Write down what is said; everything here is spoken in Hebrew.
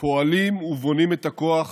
פועלים ובונים את הכוח